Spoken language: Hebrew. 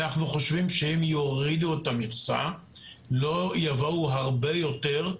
אנחנו חושבים שאם יורידו את המכסה לא יבואו הרבה יותר,